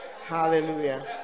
Hallelujah